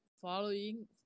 following